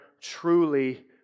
truly